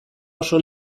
oso